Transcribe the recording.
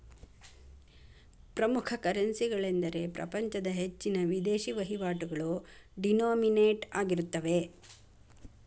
ಪ್ರಮುಖ ಕರೆನ್ಸಿಗಳೆಂದರೆ ಪ್ರಪಂಚದ ಹೆಚ್ಚಿನ ವಿದೇಶಿ ವಹಿವಾಟುಗಳು ಡಿನೋಮಿನೇಟ್ ಆಗಿರುತ್ತವೆ